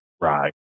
Right